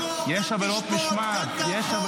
אז האוניברסיטה גם תחקור, גם תשפוט, גם תאכוף?